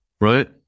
right